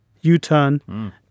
U-turn